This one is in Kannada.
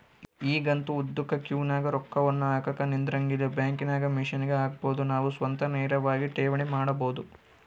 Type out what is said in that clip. ಈಗಂತೂ ಉದ್ದುಕ ಕ್ಯೂನಗ ರೊಕ್ಕವನ್ನು ಹಾಕಕ ನಿಂದ್ರಂಗಿಲ್ಲ, ಬ್ಯಾಂಕಿನಾಗ ಮಿಷನ್ಗೆ ಹಾಕಬೊದು ನಾವು ಸ್ವತಃ ನೇರವಾಗಿ ಠೇವಣಿ ಮಾಡಬೊದು